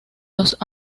los